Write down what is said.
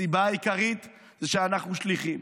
הסיבה העיקרית זה שאנחנו שליחים.